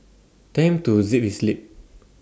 tell him to zip his lip